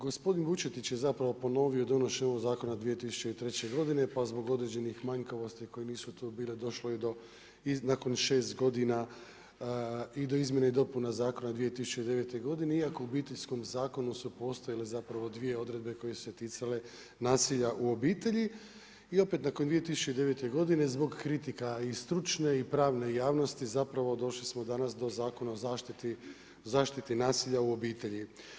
Gospodin Vučetić je ponovio donošenje ovog zakona 2003. godine pa zbog određenih manjkavosti koje nisu tu bile došlo je do nakon šest godina i do izmjene i dopune zakona 2009. godine iako u Obiteljskom zakonu su postojale dvije odredbe koje su se ticale nasilja u obitelji. i opet nakon 2009. godine zbog kritika i stručne i pravne javnosti došli smo danas do Zakona o zaštiti nasilja u obitelji.